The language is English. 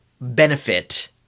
benefit